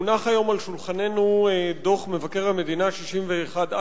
הונח היום על שולחננו דוח מבקר המדינה 61א,